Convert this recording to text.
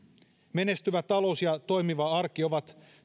menestyvä talous ja toimiva arki ovat